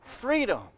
freedom